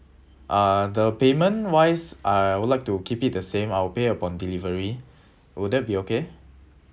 uh the payment wise I would like to keep it the same I'll pay upon delivery would that be okay